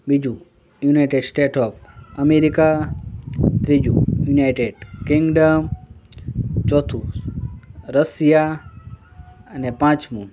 બીજું United State of America ત્રીજુ United Kingdom ચોથું રસિયા અને પાંચમું